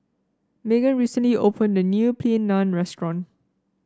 Maegan recently opened a new Plain Naan Restaurant